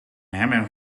hebben